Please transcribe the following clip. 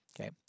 Okay